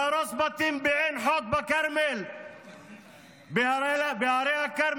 להרוס בתים בעין חוד בהרי הכרמל,